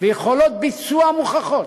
ויכולות ביצוע מוכחות.